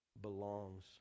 belongs